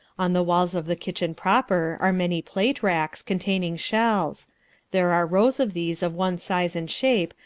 on the walls of the kitchen proper are many plate-racks, containing shells there are rows of these of one size and shape,